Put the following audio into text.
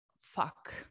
fuck